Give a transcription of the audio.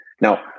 Now